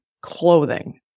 clothing